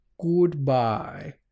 Goodbye